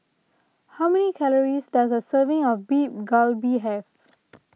how many calories does a serving of Beef Galbi have